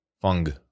Fung